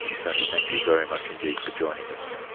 tony thank you very much indeed for joining us.